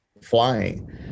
flying